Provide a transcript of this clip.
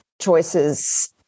choices